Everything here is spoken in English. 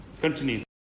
Continue